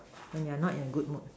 when you are not in a good mood